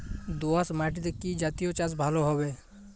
দোয়াশ মাটিতে কি জাতীয় চাষ ভালো হবে?